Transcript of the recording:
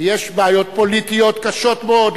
יש בעיות פוליטיות קשות מאוד.